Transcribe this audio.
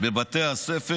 בבתי הספר,